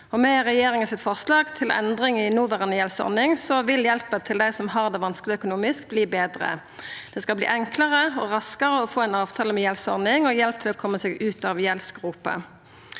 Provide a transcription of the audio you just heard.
Med regjeringa sitt forslag til endringar i noverande gjeldsordning, vil hjelpa til dei som har det vanskeleg økonomisk, verta betre. Det skal verta enklare og raskare å få ei avtale om gjeldsordning og hjelp til å koma seg ut av gjeldsgropa.